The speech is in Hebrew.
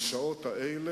השר ארדן,